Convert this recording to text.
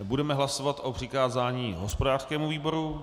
Budeme hlasovat o přikázání hospodářskému výboru.